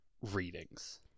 readings